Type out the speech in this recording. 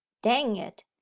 dang it,